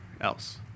else